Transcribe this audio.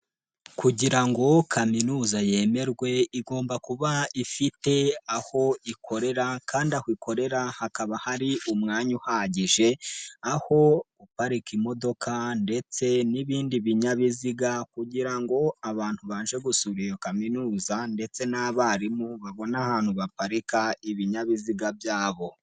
Kugira ngo kaminuza yemerwe igomba kuba ifite aho ikorera kandi aho ikorera hakaba hari umwanya uhagije, aho guparika imodoka ndetse n'ibindi binyabiziga kugira ngo abantu baje gusura iyo kaminuza ndetse n'abarimu babone ahantu baparika ibinyabiziga byabo.